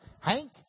Hank